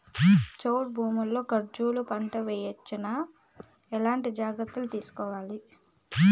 చౌడు భూముల్లో కర్బూజ పంట వేయవచ్చు నా? ఎట్లాంటి జాగ్రత్తలు తీసుకోవాలి?